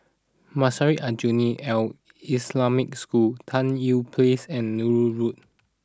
Madrasah Aljunied Al Islamic School Tan Tye Place and Nallur Road